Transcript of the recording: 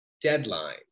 deadline